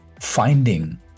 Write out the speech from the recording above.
finding